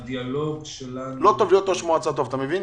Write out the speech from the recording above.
לא טוב להיות ראש מועצה טוב, אתה מבין?